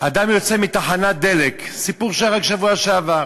אדם יוצא מתחנת דלק, סיפור שהיה רק בשבוע שעבר,